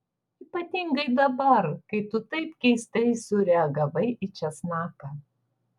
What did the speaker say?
ypatingai dabar kai tu taip keistai sureagavai į česnaką